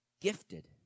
gifted